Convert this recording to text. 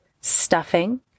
stuffing